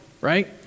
right